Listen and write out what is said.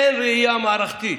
אין ראייה מערכתית.